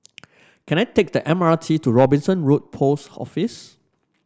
can I take the M R T to Robinson Road Post Office